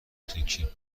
تکه